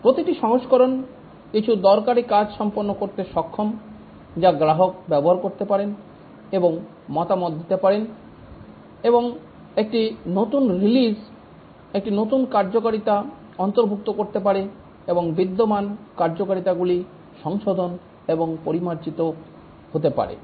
প্রতিটি সংস্করণ কিছু দরকারী কাজ সম্পাদন করতে সক্ষম যা গ্রাহক ব্যবহার করতে পারেন এবং মতামত দিতে পারেন এবং একটি নতুন রিলিজ একটি নতুন কার্যকারিতা অন্তর্ভুক্ত করতে পারে এবং বিদ্যমান কার্যকারিতাগুলি সংশোধন এবং পরিমার্জিত হতে পারে